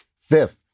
Fifth